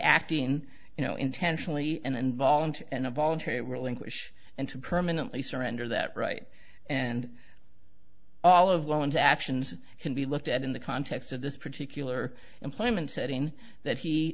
acting you know intentionally and voluntary and involuntary relinquish and to permanently surrender that right and all of one's actions can be looked at in the context of this particular employment setting that he